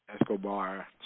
Escobar